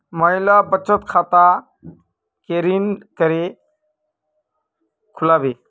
महिला बचत खाता केरीन करें खुलबे